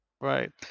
Right